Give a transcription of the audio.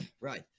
Right